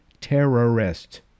Terrorist